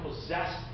possessed